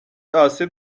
آسیب